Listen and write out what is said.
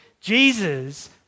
Jesus